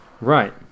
Right